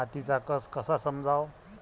मातीचा कस कसा समजाव?